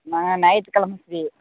நான் ஞாயித்துக்கெழமை ஃப்ரீ